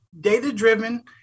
data-driven